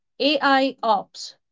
AIOps